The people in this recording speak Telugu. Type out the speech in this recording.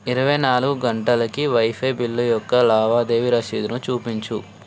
ఇరవై నాలుగు గంటలకి వైఫై బిల్లు యొక్క లావాదేవీ రసీదును చూపించు